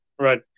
Right